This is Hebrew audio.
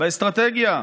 באסטרטגיה.